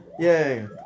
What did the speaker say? Yay